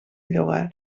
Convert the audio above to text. llogar